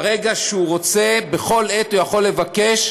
ברגע שהוא רוצה, בכל עת, הוא יכול לבקש,